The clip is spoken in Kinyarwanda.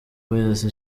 pius